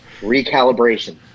Recalibration